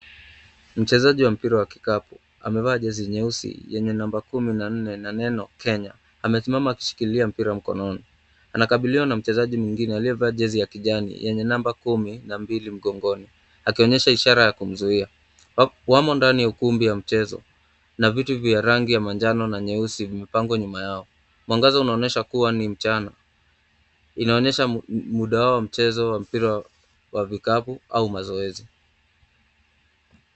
Mchezaji wa mpira wa kikapu amevaa jezi nyeusi yenye namba kumi na nne na neno Kenya. Amesimama akishikilia mpira mkononi. Anakabiliwa na mchezaji mwingine aliyevaa jezi ya kijani yenye namba kumi na mbili mgongoni, akionyesha ishara ya kumzuia. Wamo ndani ya ukumbi wa mchezo na vitu vya rangi ya manjano na nyeusi vimepangwa nyuma yao. Mwangaza unaonyesha kuwa ni mchana. Inaonyesha muda wao wa mchezo wa mpira wa vikapu au mazoezi.